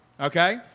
Okay